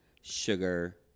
sugar